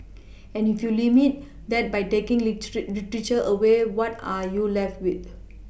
and if you limit that by taking away what are you left with